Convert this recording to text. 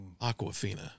Aquafina